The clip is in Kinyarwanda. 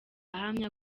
ahamya